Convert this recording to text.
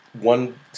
one